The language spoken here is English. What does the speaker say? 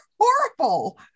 horrible